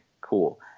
cool